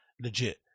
legit